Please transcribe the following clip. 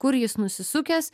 kur jis nusisukęs